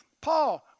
Paul